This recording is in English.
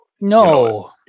no